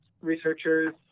researchers